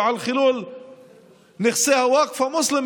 עיסוק ביכולת שלו לשרוד ולהביא פרנסה הביתה.